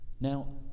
now